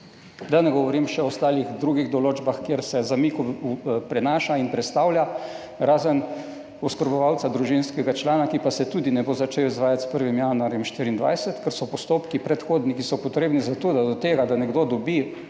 Da ne govorim še o drugih določbah, kjer se zamik prenaša in prestavlja, razen oskrbovalca družinskega člana, ki pa se tudi ne bo začel izvajati s 1. januarjem 2024, ker so predhodni postopki, ki so potrebni za to, da pride do tega, da nekdo dobi